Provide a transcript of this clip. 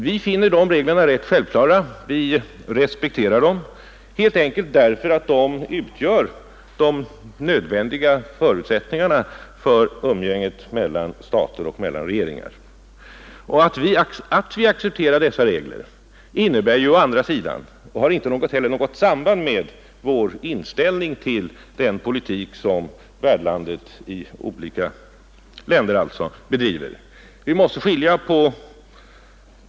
Vi finner dessa regler rätt självklara, och vi respekterar dem helt enkelt därför att de utgör nödvändiga förutsättningar för umgänget mellan stater och regeringar. Att vi accepterar dessa regler har inte heller något samband med vår inställning till den politik som respektive värdland bedriver.